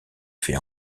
fait